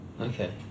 Okay